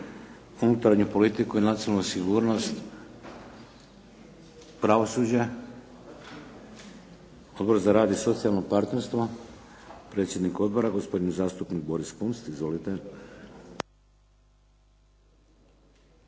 Unutarnju politiku i nacionalnu sigurnost? Pravosuđe? Odbor za rad i socijalno partnerstvo? Predsjednik odbora, gospodin zastupnik Boris Kunst. Izvolite.